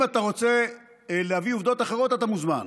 אם אתה רוצה להביא עובדות אחרות, אתה מוזמן.